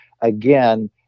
again